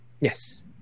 Yes